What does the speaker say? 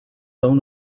own